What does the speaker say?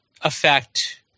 affect